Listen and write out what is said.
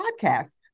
podcast